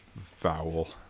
foul